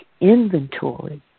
inventory